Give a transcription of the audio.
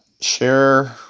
Share